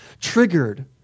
triggered